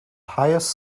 highest